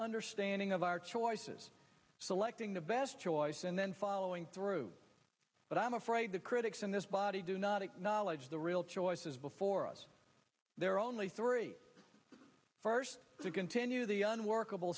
understanding of our choices selecting the best choice and then following through but i'm afraid the critics in this body do not acknowledge the real choices before us there are only three cars to continue the unworkable